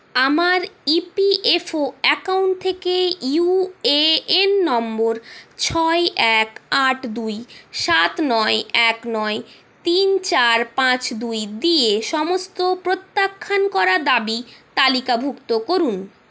আমার E P F O account থেকে U A N number ছয় এক আট দুই সাত নয় এক নয় তিন চার পাঁচ দুই দিয়ে সমস্ত প্রত্যাখ্যান করা দাবি তালিকাভুক্ত করুন